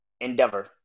Endeavor